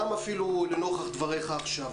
גם אפילו לנוכח דבריך עכשיו.